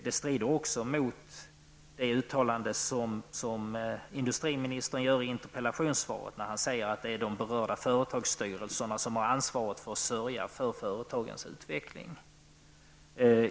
Det strider också mot det uttalande som industriministern gör i interpellationssvaret när han säger att det är de berörda företagsstyrelserna som har ansvaret för att sörja för företagens utveckling.